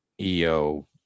EO